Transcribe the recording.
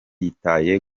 yitaye